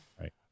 Right